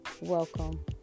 welcome